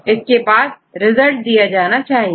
इसके बाद रिजल्ट दिया जाना चाहिए